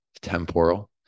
temporal